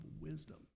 wisdom